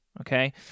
Okay